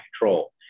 control